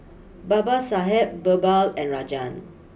Babasaheb Birbal and Rajan